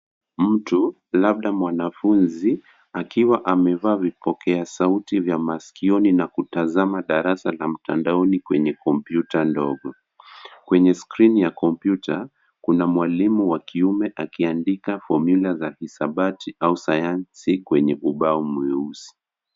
Mtu labda mwanafunzi akiwa amevaa vipokea sauti vya masikioni na kutazama darasa la mtandaoni kwenye kompyuta ndogo. Kwenye skrini ya kompyuta kuna mwalimu wa kiume akiandika fomula za hisabati au sayansi kwenye ubao mweusi.